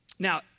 Now